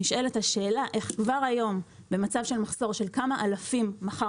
נשאלת השאלה איך כבר היום במצב של מחסור של כמה אלפים מחר